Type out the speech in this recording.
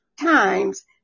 times